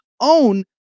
own